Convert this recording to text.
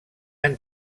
han